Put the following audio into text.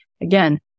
again